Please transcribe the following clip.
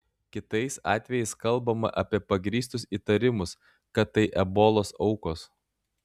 kitais atvejais kalbama apie pagrįstus įtarimus kad tai ebolos aukos